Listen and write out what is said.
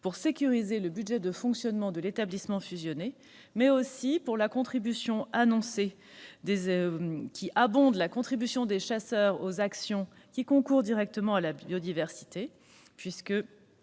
pour sécuriser le budget de fonctionnement de l'établissement fusionné -et pour la contribution annoncée qui abondera la contribution des chasseurs aux actions concourant directement à la biodiversité. En effet,